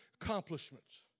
accomplishments